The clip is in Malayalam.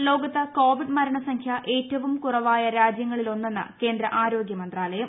ഇന്ത്യ ലോകത്ത് കോവിഡ് മരണസംഖ്യ ഏറ്റവും കുറവായ രാജ്യങ്ങളിലൊന്നെന്ന് കേന്ദ്ര ആരോഗൃമന്ത്രാലയം